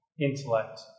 intellect